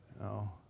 No